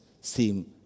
seem